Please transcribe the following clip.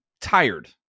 tired